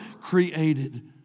created